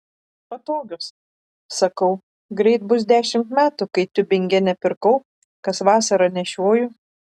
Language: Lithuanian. patogios sakau greit bus dešimt metų kai tiubingene pirkau kas vasarą nešioju